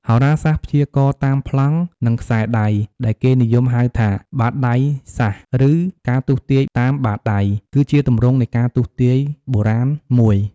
ហោរាសាស្ត្រព្យាករណ៍តាមប្លង់ និងខ្សែដៃ ដែលគេនិយមហៅថា បាតដៃសាស្រ្ត ឬ ការទស្សន៍ទាយតាមបាតដៃ គឺជាទម្រង់នៃការទស្សន៍ទាយបុរាណមួយ។